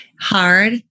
Hard